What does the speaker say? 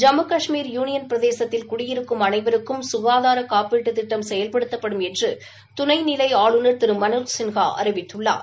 Jammu Kashmir union பிரதேசத்தில் குடியிருக்கும் அனைவருக்கும் சுகாதார காப்பீட்டு திட்டம் செயல்படுத்தப்படும் என்று துணை நிலை ஆளுநர் திரு மனோஜ் சின்ஹா அறிவித்துள்ளார்